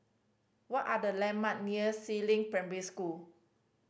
what are the landmark near Si Ling Primary School